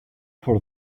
for